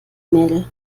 mädel